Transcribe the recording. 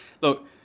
Look